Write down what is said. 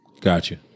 Gotcha